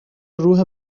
روح